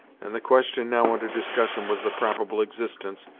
and the question now under discussion was the probable existence,